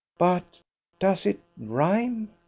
but does it rhyme?